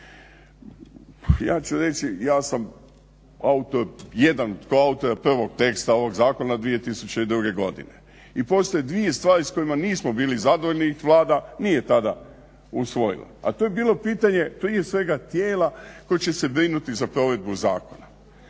Ja ću reći, ja sam autor, jedan od koautora prvog teksta ovog Zakona 2002. godine i postoje dvije stvari s kojima nismo bili zadovoljni jer ih Vlada nije tada usvojila, a to je bilo pitanje prije svega tijela koji će se brinuti za provedbu zakona.